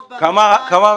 לא במכרז --- כמה --- רגע,